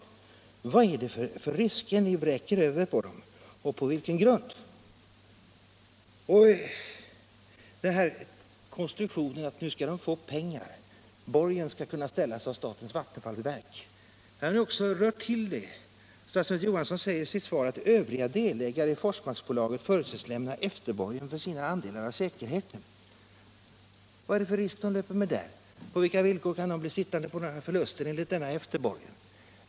Vilka risker vräker ni över folk och på vilken grund? Konstruktionen att de nu skall få pengar, att borgen skall kunna ställas av statens vattenfallsverk, har också rört till begreppen. Statsrådet Johansson säger i sitt svar: ”Övriga delägare i Forsmarksbolaget förutsätts 61 lämna efterborgen för sina andelar av säkerheten.” Vad är det för risk de löper där? På vilka villkor kan de bli sittande med förluster på grund av denna efterborgen?